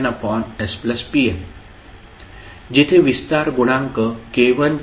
knspn जिथे विस्तार गुणांक k1 k2